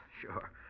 sure